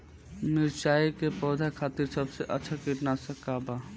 मिरचाई के पौधा खातिर सबसे अच्छा कीटनाशक का बा?